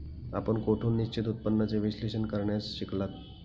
आपण कोठून निश्चित उत्पन्नाचे विश्लेषण करण्यास शिकलात?